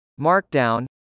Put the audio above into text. Markdown